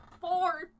four